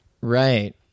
right